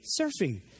surfing